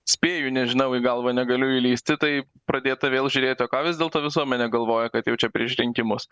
spėju nežinau į galvą negaliu įlįsti tai pradėta vėl žiūrėti o ką vis dėlto visuomenė galvoja kad jaučia prieš rinkimus